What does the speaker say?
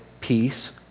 peace